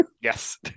Yes